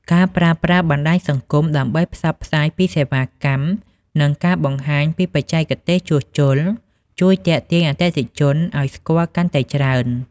ការប្រើប្រាស់បណ្តាញសង្គមដើម្បីផ្សព្វផ្សាយពីសេវាកម្ម និងការបង្ហាញពីបច្ចេកទេសជួសជុល ជួយទាក់ទាញអតិថិជនឱ្យស្គាល់កាន់តែច្រើន។